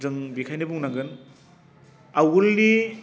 जों बिखायनो बुंनांगोन आवगोलनि